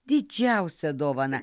didžiausią dovaną